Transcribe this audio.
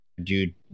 dude